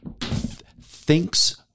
thinks